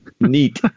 neat